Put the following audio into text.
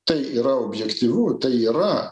tai yra objektyvu tai yra